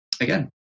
again